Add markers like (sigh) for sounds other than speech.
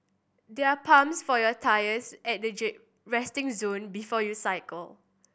there are pumps for your tyres at the (unintelligible) resting zone before you cycle